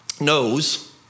knows